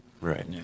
Right